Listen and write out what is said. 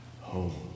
home